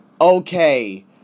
okay